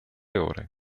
ore